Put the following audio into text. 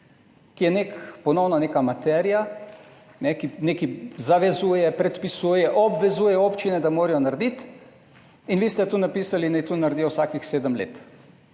ki je ponovno neka materija, nekaj zavezuje, predpisuje, obvezuje občine, da morajo narediti, in vi ste tu napisali, naj to naredijo vsakih sedem let.